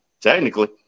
technically